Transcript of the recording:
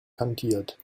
kandiert